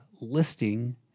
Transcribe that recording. listing